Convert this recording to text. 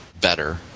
better